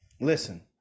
listen